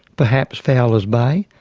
perhaps fowler's bay.